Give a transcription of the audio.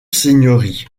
seigneuries